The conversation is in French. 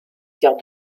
carte